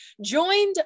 joined